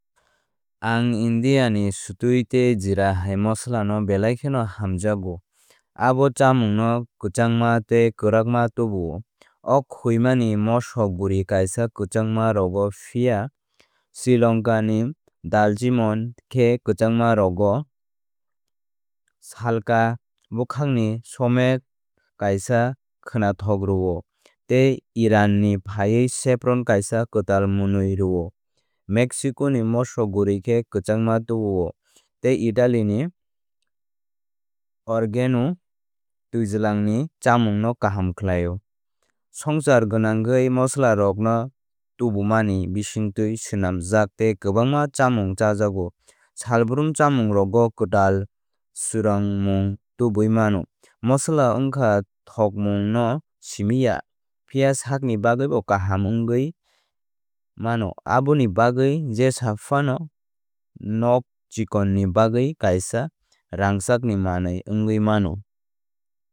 Ang India ni sotuii tei jera hai masala no belai kheno hamjakgo abo chamung no kwchangma tei kwrakma tubuo. Ouk khuimani ni moso guri kaisa kwchangma rwgo phiya sri lanka ni dalchimon khe kwchangma rwgo. Salka bwkhakni sumac kaisa khwnathok rwo tei Irani phaiwi saffron kaisa kwtal mwnwi rwo. Mexico ni moso guri khe kwchangma tubuo tei Italy ni organo twijlangni chamung no kaham khlaio. Swngchar gwnangwi masalarokno tubumani bising tẃi swnamjak tei kwbángma chámung chájago. Salbrum chámungrogo kwtal swrangmung tubuui mano. Masala wngkha thokmung no simi ya phiya sakni bagwibo kaham wngnai mano. Aboni bagwi jesa phano nok chikon ni bagwi kaisa rangchakni manwi wngwi mano.